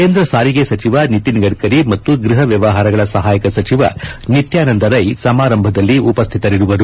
ಕೇಂದ್ರ ಸಾರಿಗೆ ಸಚಿವ ನಿತಿನ್ ಗಡ್ಕರಿ ಮತ್ತು ಗ್ಬಹ ವ್ಯವಹಾರಗಳ ಸಹಾಯಕ ಸಚಿವ ನಿತ್ಯಾನಂದ ರೈ ಸಮಾರಂಭದಲ್ಲಿ ಉಪಸ್ಥಿತರಿರುವರು